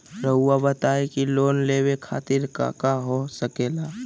रउआ बताई की लोन लेवे खातिर काका हो सके ला?